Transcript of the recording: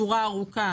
ניסנקורן